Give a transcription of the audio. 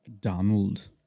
Donald